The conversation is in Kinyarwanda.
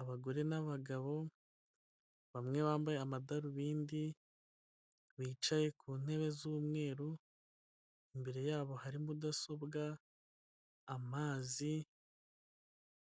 Abagore n'abagabo bamwe bambaye amadarubindi bicaye ku ntebe z'umweru imbere yabo harimo mudasobwa, amazi,